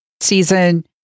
season